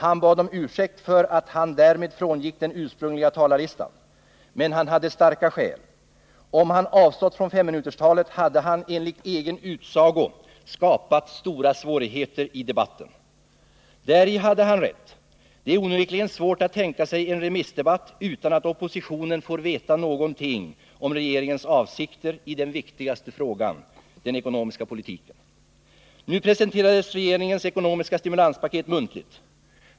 Han bad om ursäkt för att han därmed frångick den ursprungliga talarlistan, men han hade starka skäl. Om han avstått från femminuterstalet hade han enligt egen utsago skapat stora svårigheter i debatten. Däri hade han rätt. Det är onekligen svårt att tänka sig en remissdebatt utan att oppositionen får veta någonting om regeringens avsikter i den viktigaste frågan, den ekonomiska politiken. Nu presenterades regeringens ekonomiska stimulanspaket muntligt.